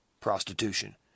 prostitution